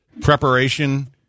preparation